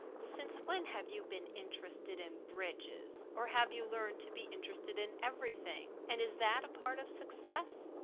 since when have you been interested in bridges? or have you learned to be interested in everything? and is that a part of success?